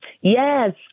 yes